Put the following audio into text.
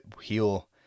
heal